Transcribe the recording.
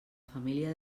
família